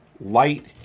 light